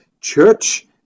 church